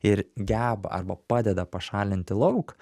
ir geba arba padeda pašalinti lauk